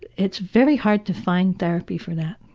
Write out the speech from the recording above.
it's very hard to find therapy for that.